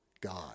God